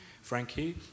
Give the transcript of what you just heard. Frankie